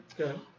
Okay